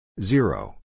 Zero